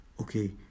okay